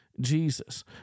Jesus